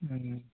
अनि